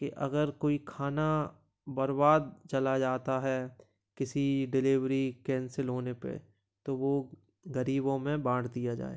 कि अगर कोई खाना बर्बाद चला जाता है किसी डिलेवरी कैंसिल होने पर तो वो गरीबों में बाँट दिया जाए